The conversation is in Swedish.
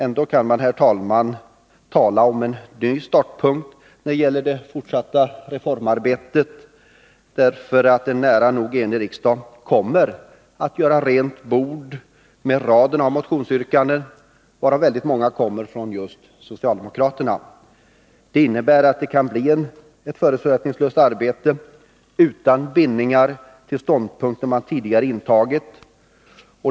Ändå kan man, herr talman, tala om en ny startpunkt när det gäller det fortsatta reformarbetet, därför att en nära nog enig riksdag kommer att göra rent bord med raden av motionsyrkanden, varav väldigt många kommer just från socialdemokraterna. Det innebär att det kan bli ett förutsättningslöst arbete utan bindningar till ståndpunkter man tidigare intagit.